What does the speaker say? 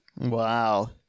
Wow